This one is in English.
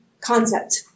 concept